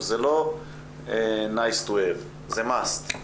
זה לא nice to have, זה must.